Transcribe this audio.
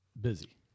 busy